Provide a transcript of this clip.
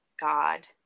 God